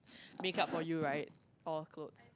make up for you right or clothes